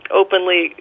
openly